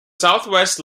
southwest